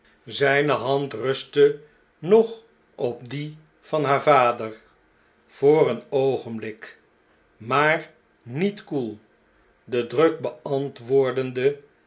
zijne hand rustte nog op die van haar vader voor een oogenblik maar niet koel den druk beantwoordende